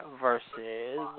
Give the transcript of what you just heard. versus